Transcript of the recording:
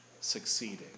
succeeding